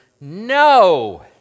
no